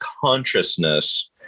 consciousness